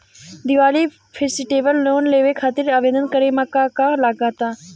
Diwali festival loan लेवे खातिर आवेदन करे म का का लगा तऽ?